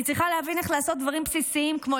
אני צריכה להבין איך לעשות דברים בסיסיים כמו